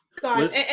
God